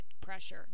pressure